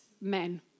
men